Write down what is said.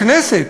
בכנסת,